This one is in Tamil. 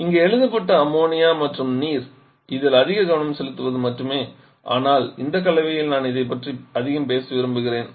இங்கே எழுதப்பட்ட அம்மோனியா மற்றும் நீர் இதில் அதிக கவனம் செலுத்துவது மட்டுமே ஆனால் இந்த கலவையில் நான் இதைப் பற்றி அதிகம் பேச விரும்புகிறேன்